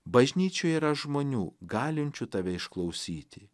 bažnyčioje yra žmonių galinčių tave išklausyti